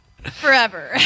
forever